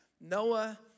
noah